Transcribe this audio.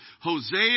Hosea